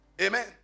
Amen